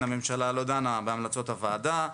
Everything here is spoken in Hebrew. הממשלה עדיין לא דנה בהמלצות הוועדה,